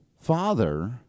father